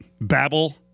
babble